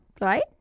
Right